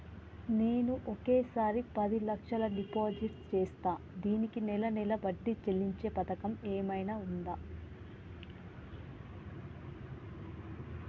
నేను ఒకేసారి పది లక్షలు డిపాజిట్ చేస్తా దీనికి నెల నెల వడ్డీ చెల్లించే పథకం ఏమైనుందా?